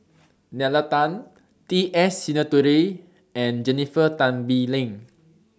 Nalla Tan T S Sinnathuray and Jennifer Tan Bee Leng